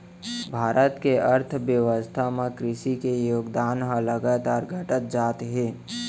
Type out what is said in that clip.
भारत के अर्थबेवस्था म कृसि के योगदान ह लगातार घटत जात हे